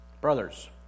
Brothers